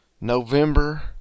November